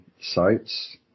sites